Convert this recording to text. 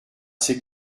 c’est